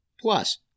Plus